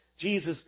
Jesus